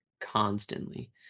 constantly